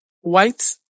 White